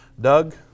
Doug